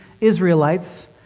Israelites